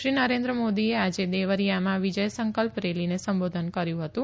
શ્રી નરેન્દ્રમોદીએ આજે દેવરીયામાં વિજય સંકલ્પ રેલીને સંબોધન કર્યુ હતું